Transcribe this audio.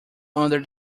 under